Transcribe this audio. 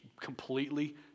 completely